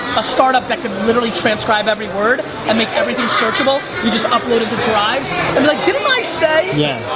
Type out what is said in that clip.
a startup that could literally transcribe every word and make everything searchable. you just upload it to drives and like, didn't i say? yeah